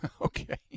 Okay